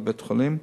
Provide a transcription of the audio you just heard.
בבית-החולים.